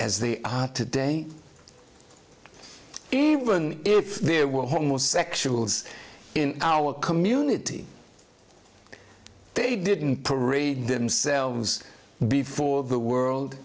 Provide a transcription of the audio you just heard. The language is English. the today even if there were homosexuals in our community they didn't parade themselves before the world